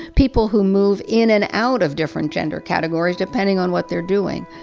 people who move in and out of different gender categories depending on what they're doing.